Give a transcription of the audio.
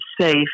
safe